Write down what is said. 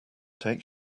take